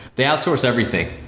they outsource everything,